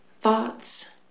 thoughts